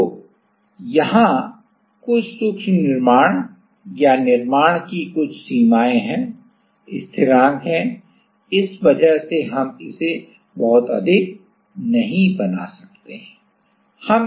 तो तू यहां कुछ सूक्ष्म निर्माण या निर्माणकी कुछ सीमाएं हैं स्थिरांक हैं इस वजह से हम इसे बहुत अधिक नहीं बना सकते हैं